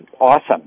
awesome